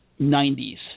90s